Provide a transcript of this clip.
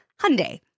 Hyundai